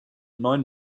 neun